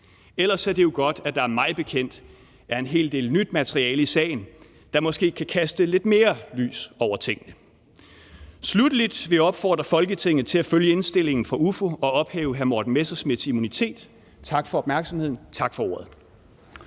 Ellers er det jo godt, at der mig bekendt er en hel del nyt materiale i sagen, der måske kan kaste lidt mere lys over tingene. Sluttelig vil jeg opfordre Folketinget til at følge indstillingen fra Udvalget for Forretningsordenen og ophæve hr. Morten Messerschmidts immunitet. Tak for opmærksomheden, tak for ordet.